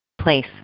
place